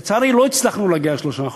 לצערי, לא הצלחנו להגיע ל-3%,